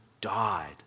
died